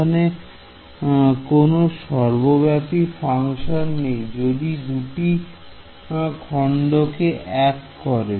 এখানে কোন সর্বব্যাপী ফাংশন নেই যদি দুটি খণ্ডকে এক করে